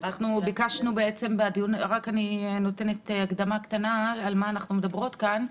אני נותנת הקדמה קטנה על מה אנחנו מדברות כאן.